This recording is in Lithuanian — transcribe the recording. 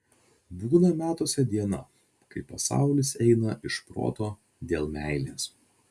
būna metuose diena kai pasaulis eina iš proto dėl meilės